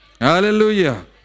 Hallelujah